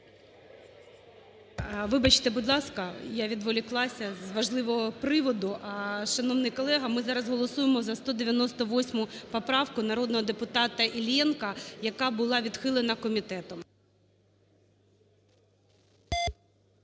Вибачте, будь ласка, я відволіклася з важливого приводу. Шановний колего, ми зараз голосуємо за 198 поправку народного депутата Іллєнка, яка була відхилена комітетом.